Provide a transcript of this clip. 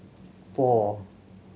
four